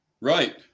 Right